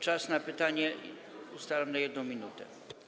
Czas na pytanie ustalam na 1 minutę.